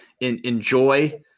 Enjoy